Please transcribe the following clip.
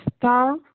star